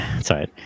sorry